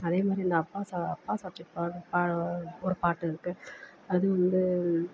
அதே மாதிரி அந்த அப்பா சா அப்பா சப்ஜெட் பாடு பாடு ஒரு பாட்டு இருக்குது அது வந்து